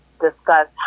discuss